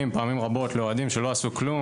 פעמים רבות לאוהדים שלא עשו כלום,